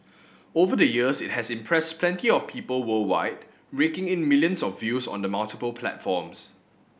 over the years it has impressed plenty of people worldwide raking in millions of views on the multiple platforms